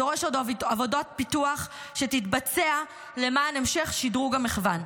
הדורש עוד עבודת פיתוח שתתבצע למען המשך שדרוג המחוון.